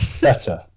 Better